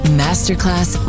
masterclass